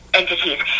entities